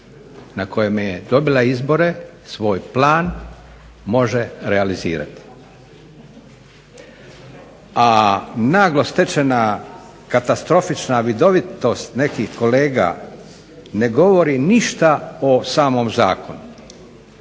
na kojem je dobila izbore, svoj plan može realizirati. A naglo stečena katastrofična vidovitost nekih kolega ne govori ništa o samom zakonu.